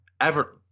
Everton